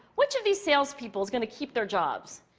which of these salespeople is going to keep their jobs?